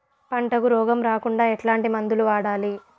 పంటకు రోగం రాకుండా ఎట్లాంటి మందులు వాడాలి?